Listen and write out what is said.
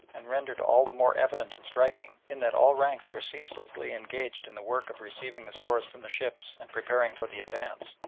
and rendered all the more evident and striking, in that all ranks were ceaselessly engaged in the work of receiving the stores from the ships and preparing for the advance,